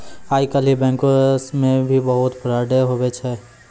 आइ काल्हि बैंको मे भी बहुत फरौड हुवै छै